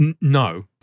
no